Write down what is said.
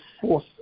force